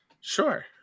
Sure